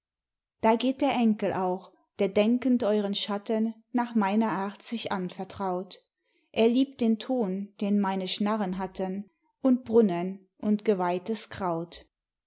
da geht der enkel auch der denkend euren schatten nach meiner art sich anvertraut er liebt den ton den meine schnarren hatten und brunnen und geweihtes kraut